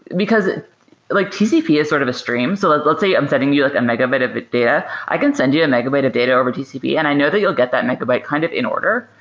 because like tcp is sort of a stream. so let's let's say i'm sending you like a and megabyte of but data. i can send you a megabyte of data over tcp and i know that you'll get that megabyte kind of in order,